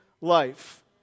life